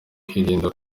kwirinda